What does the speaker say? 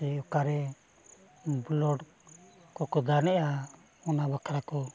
ᱥᱮ ᱚᱠᱟᱨᱮ ᱵᱞᱟᱰ ᱠᱚᱠᱚ ᱫᱟᱱᱮᱜᱼᱟ ᱚᱱᱟ ᱵᱟᱠᱷᱨᱟ ᱠᱚ